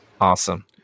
Awesome